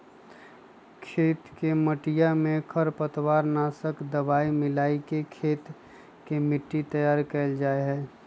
खेत के मटिया में खरपतवार नाशक दवाई मिलाके खेत के मट्टी तैयार कइल जाहई